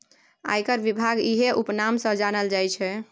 आयकर विभाग इएह उपनाम सँ जानल जाइत छै